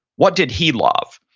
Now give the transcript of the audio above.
what did he love?